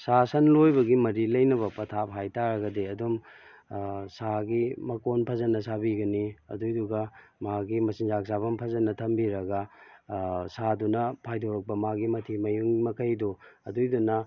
ꯁꯥ ꯁꯟ ꯂꯣꯏꯕꯒꯤ ꯃꯔꯤ ꯂꯩꯅꯕ ꯄꯊꯥꯞ ꯍꯥꯏꯇꯥꯔꯒꯗꯤ ꯑꯗꯨꯝ ꯁꯥꯒꯤ ꯃꯀꯣꯟ ꯐꯖꯅ ꯁꯥꯕꯤꯒꯅꯤ ꯑꯗꯨꯏꯗꯨꯒ ꯃꯥꯒꯤ ꯃꯆꯤꯟꯖꯥꯛ ꯆꯥꯐꯝ ꯐꯖꯅ ꯊꯝꯕꯤꯔꯒ ꯁꯥꯗꯨꯅ ꯐꯥꯏꯗꯣꯔꯛꯄ ꯃꯥꯒꯤ ꯃꯊꯤ ꯃꯌꯨꯡ ꯃꯈꯩꯗꯨ ꯑꯗꯨꯏꯗꯨꯅ